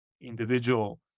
individual